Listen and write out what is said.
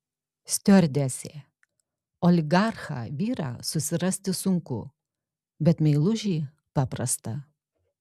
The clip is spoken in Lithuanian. stiuardesė oligarchą vyrą susirasti sunku bet meilužį paprasta